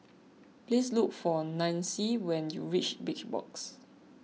please look for Nancie when you reach Big Box